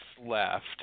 left